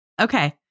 Okay